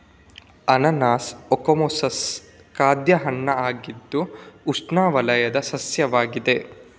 ಅನಾನಸ್ ಓಕಮೊಸಸ್ ಖಾದ್ಯ ಹಣ್ಣಾಗಿದ್ದು ಉಷ್ಣವಲಯದ ಸಸ್ಯವಾಗಿದೆ